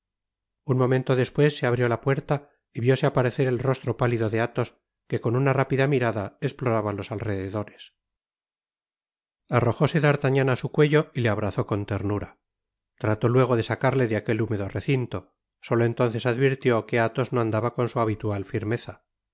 un momento despues se abrió la puerta y vióse aparecer el rostro pálido de athos que con una rápida mirada esploraba los alrededores arrojóse d'artagnan á su cuello y le abrazó con ternura trató luego de sacarle de aquel húmedo recinto solo entonces advirtió que athos no andaba con su habitual firmeza